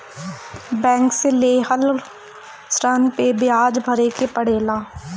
bank से लेहल ऋण पे बियाज भरे के पड़ेला